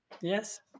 Yes